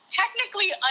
technically